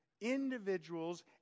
individuals